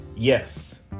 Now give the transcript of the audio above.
yes